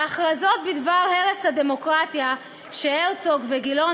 ההכרזות בדבר הרס הדמוקרטיה שהרצוג וגילאון